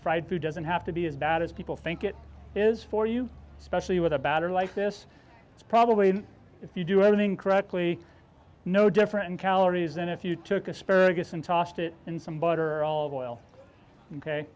fried food doesn't have to be as bad as people think it is for you especially with a better life this is probably if you do everything correctly no different in calories than if you took a spur guess and tossed it in some butter all boil ok